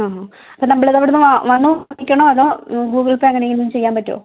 ആ അപ്പം നമ്മൾ ഇത് അവിടുന്ന് വന്ന് വാങ്ങിക്കണോ അതോ ഗൂഗിൾ പേ അങ്ങനേലും ചെയ്യാൻ പറ്റുമോ